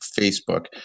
Facebook